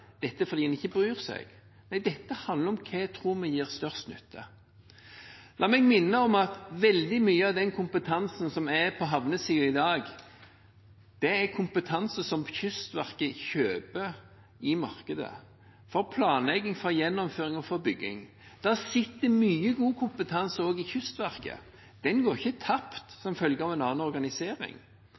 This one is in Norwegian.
dette er fordi en ikke bryr seg. Nei, dette handler om hva vi tror gir størst nytte. La meg minne om at veldig mye av den kompetansen som er på havnesiden i dag, er kompetanse som Kystverket kjøper i markedet – for planlegging, for gjennomføring og for bygging. Det sitter mye god kompetanse også i Kystverket. Den går ikke tapt som følge av en annen organisering,